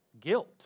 Guilt